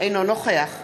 אינה נוכחת